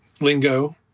lingo